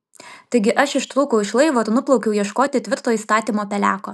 taigi aš ištrūkau iš laivo ir nuplaukiau ieškoti tvirto įstatymo peleko